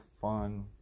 fun